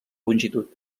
longitud